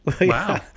wow